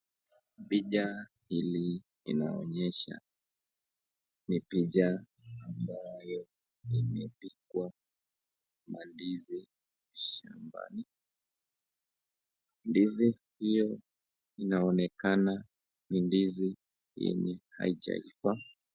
Picha hili linaonyesha ni picha ambayo ni imepigwa mandizi shambani, ndizi hiyo inaonekana ni ndizi yenye haijaiva.